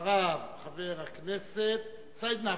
ואחריו, חבר הכנסת סעיד נפאע.